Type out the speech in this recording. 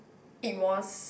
it was